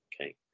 Okay